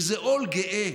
וזה עול גאה,